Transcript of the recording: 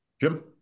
Jim